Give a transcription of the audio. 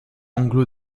anglo